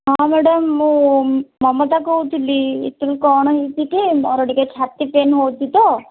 ହଁ ମ୍ୟାଡ଼ାମ୍ ମୁଁ ମମତା କହୁଥିଲି କ'ଣ ହେଇଛି କି ମୋର ଟିକେ ଛାତି ପେନ୍ ହେଉଛି ତ